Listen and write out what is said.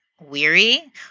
weary